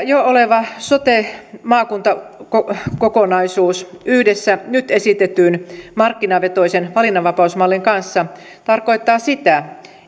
jo oleva sote maakuntakokonaisuus yhdessä nyt esitetyn markkinavetoisen valinnanvapausmallin kanssa tarkoittaa sitä